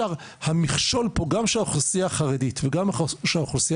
המכשול פה גם של האוכלוסייה החרדית וגם של האוכלוסייה